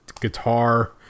guitar